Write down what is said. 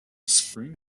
spring